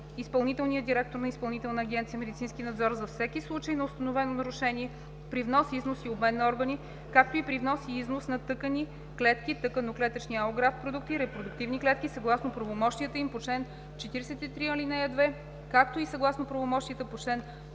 Изпълнителна агенция „Медицински надзор“ за всеки случай на установено нарушение при внос, износ и обмен на органи, както и при внос и износ на тъкани, клетки, тъканно-клетъчни алографт продукти и репродуктивни клетки съгласно правомощията им по чл. 43, ал. 2, както и съгласно правомощията по